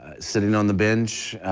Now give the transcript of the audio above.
sitting on the bench